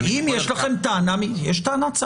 אם יש לכם טענה יש טענת סעד?